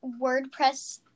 WordPress